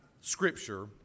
Scripture